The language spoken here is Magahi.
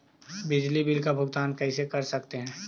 बिजली बिल का भुगतान कैसे कर सकते है?